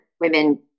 Women